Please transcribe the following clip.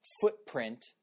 footprint